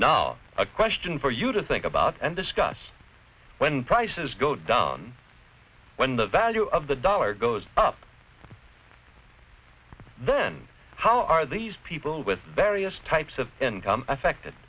no question for you to think about and discuss when prices go down when the value of the dollar goes up then how are these people with various types of income affected